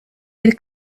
del